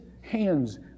hands